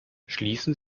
schließen